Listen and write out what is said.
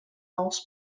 aus